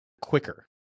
quicker